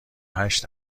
هشت